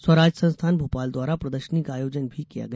स्वराज संस्थान भोपाल द्वारा प्रदर्शनी का आयोजन भी किया गया